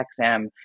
XM